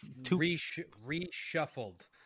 reshuffled